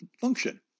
function